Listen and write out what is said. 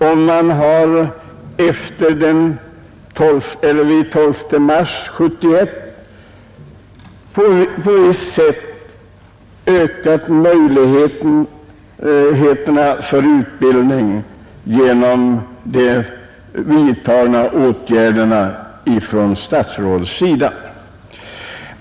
Den 12 mars 1971 har på visst sätt möjligheterna till utbildning ökat genom av Kungl. Maj:t vidtagna åtgärder.